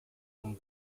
num